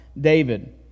David